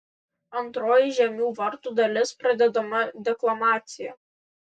antroji žiemių vartų dalis pradedama deklamacija